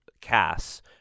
Cass